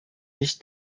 nicht